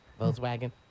Volkswagen